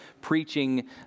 preaching